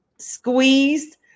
Squeezed